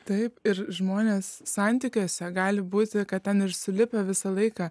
taip ir žmonės santykiuose gali būti kad ten ir sulipę visą laiką